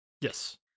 Yes